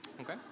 Okay